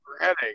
headache